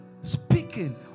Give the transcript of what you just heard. speaking